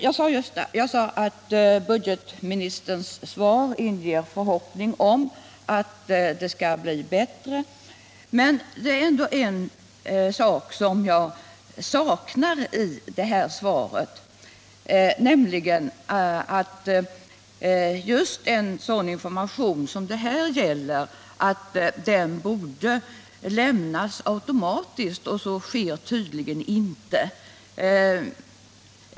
Jag sade att budgetministerns svar inger förhoppning om att informationen kommer att förbättras. Men det är ändå något som saknas i svaret, nämligen det att just information som det här gäller borde lämnas automatiskt. Så sker tydligen inte.